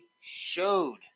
showed